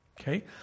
Okay